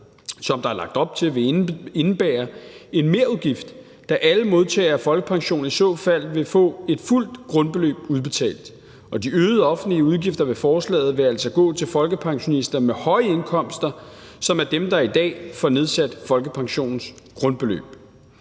som der er lagt op til, vil indebære en merudgift, da alle modtagere af folkepension i så fald vil få et fuldt grundbeløb udbetalt, og de øgede offentlige udgifter ved forslaget vil altså gå til folkepensionister med høje indkomster, som er dem, der i dag får nedsat folkepensionens grundbeløb.